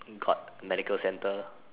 got medical center